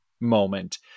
moment